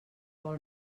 vol